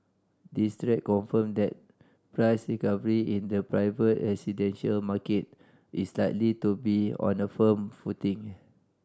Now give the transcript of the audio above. these trend confirm that price recovery in the private residential market is likely to be on a firm footing